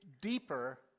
deeper